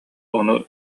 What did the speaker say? ону